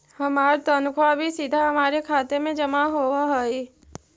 हमार तनख्वा भी सीधा हमारे खाते में जमा होवअ हई